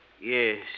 Yes